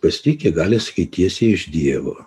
kas tiki gali sakyt tiesiai iš dievo